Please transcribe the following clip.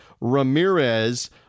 Ramirez